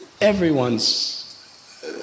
everyone's